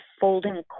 folding